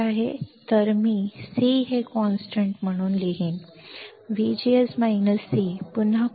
तर मी C हे स्थिरांक म्हणून लिहीन जे पुन्हा स्थिर आहे